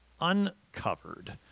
uncovered